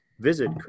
Visit